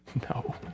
No